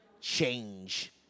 change